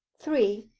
three.